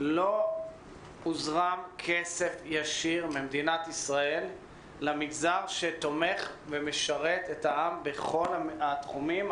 לא הוזרם כסף ישיר ממדינת ישראל למגזר שתומך ומשרת את העם בכל התחומים,